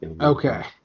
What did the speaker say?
Okay